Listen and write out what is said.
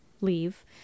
leave